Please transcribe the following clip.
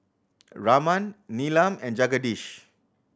Raman Neelam and Jagadish